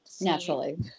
naturally